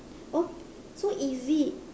oh so easy